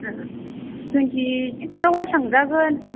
twenty सिक्सआवहाय थांजागोन